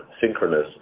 Synchronous